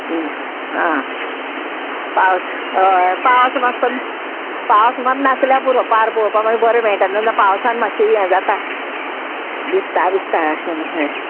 आं आं पावस हय पावस मातसो पावस मात नासल्या पुरो पार पोळोपा मागीर बरें मेयटा न्हू पावसान मात्शी हें जाता बिसता बिसता अशें म्हणो हय